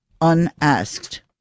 unasked